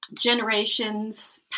generations